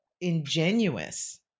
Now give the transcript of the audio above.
ingenuous